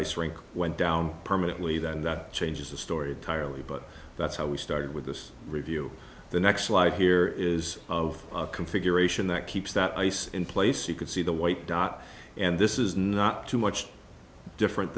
ice rink went down permanently then that changes the story of tire lee but that's how we started with this review the next like here is of a configuration that keeps that ice in place you could see the white dot and this is not too much different